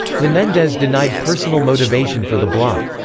menendez denied personal motivation for the block.